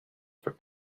for